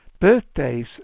birthdays